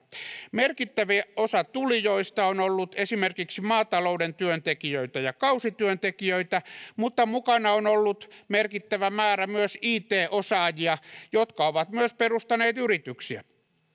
merkittävä osa tulijoista on ollut esimerkiksi maatalouden työntekijöitä ja kausityöntekijöitä mutta mukana on ollut merkittävä määrä it osaajia jotka ovat myös perustaneet yrityksiä